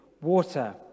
water